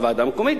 וועדה מקומית,